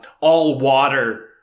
all-water